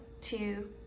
two